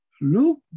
Luke